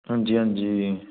ਹਾਂਜੀ ਹਾਂਜੀ